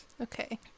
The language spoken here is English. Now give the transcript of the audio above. okay